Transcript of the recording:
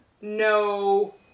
no